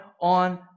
on